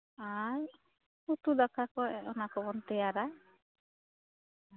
ᱟᱨ ᱩᱛᱩ ᱫᱟᱠᱟ ᱠᱚ ᱚᱱᱟ ᱠᱚᱵᱚᱱ ᱛᱮᱭᱟᱨᱟ